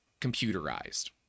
computerized